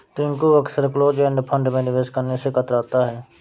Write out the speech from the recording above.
टिंकू अक्सर close end fund में निवेश करने से कतराता है